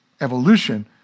evolution